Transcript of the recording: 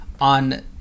on